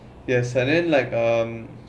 yes and then like um